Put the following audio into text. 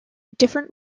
different